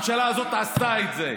הממשלה הזאת עשתה את זה.